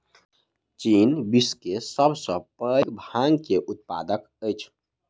चीन विश्व के सब सॅ पैघ भांग के उत्पादक अछि